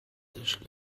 dish